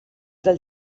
del